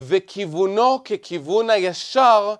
וכיוונו ככיוון הישר